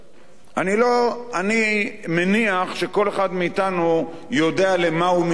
אז למה הוא מתכוון,